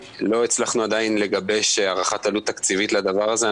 בסד הזמנים לא הצלחנו עדיין לגבש הערכת עלות תקציבית לדבר הזה.